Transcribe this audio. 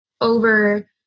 over